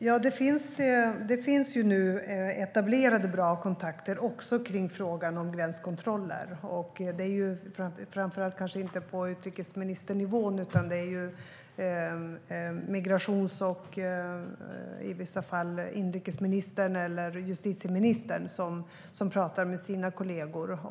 Herr talman! Det finns nu etablerade och bra kontakter också kring frågan om gränskontroller. Det är kanske inte framför allt på utrikesministernivån, utan det är migrationsministern och i vissa fall inrikesministern eller justitieministern som pratar med sina kollegor.